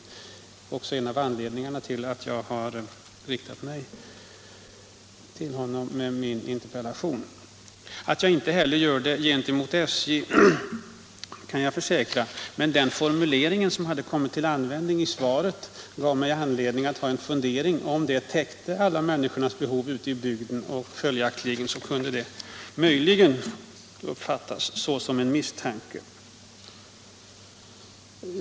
Det är också en av anledningarna till att jag har riktat mig till honom med min interpellation. Att jag inte heller hyser misstänksamhet mot SJ kan jag försäkra, men den formulering som kommit till användning i svaret gav mig anledning att fundera över om formuleringen täckte alla människors behov ute i bygden, och följaktligen kunde det uppfattas såsom en misstanke.